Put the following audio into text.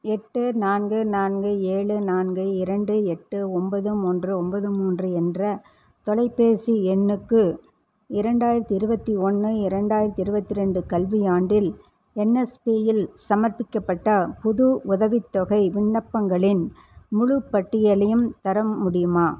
எட்டு நான்கு நான்கு ஏழு நான்கு இரண்டு எட்டு ஒன்பது மூன்று ஒன்பது மூன்று என்ற தொலைபேசி எண்ணுக்கு இரண்டாயிரத்தி இருபத்தி ஒன்று இரண்டாயிரத்தி இருபத்ரெண்டு கல்வியாண்டில் என்எஸ்பி யில் சமர்ப்பிக்கப்பட்ட புது உதவித்தொகை விண்ணப்பங்களின் முழுப் பட்டியலையும் தர முடியுமா